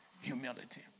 Humility